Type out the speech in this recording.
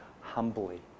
humbly